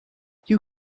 you